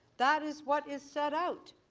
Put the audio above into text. that is what is set out.